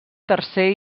tercer